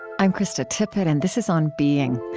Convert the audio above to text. i'm krista tippett, and this is on being.